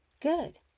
good